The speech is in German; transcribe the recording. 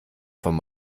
vom